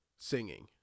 singing